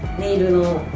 nail